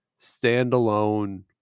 standalone